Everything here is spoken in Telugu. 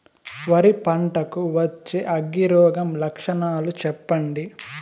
వరి పంట కు వచ్చే అగ్గి రోగం లక్షణాలు చెప్పండి?